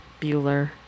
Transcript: Bueller